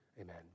Amen